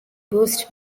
boost